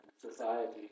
society